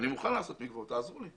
אני מוכן לעשות מקוואות, תעזרו לי.